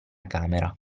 camera